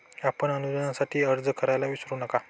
आपण अनुदानासाठी अर्ज करायला विसरू नका